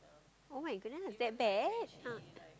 [oh]-my-goodness that bad ah